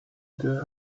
dare